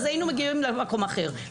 אז היינו מגיעים למקום אחר.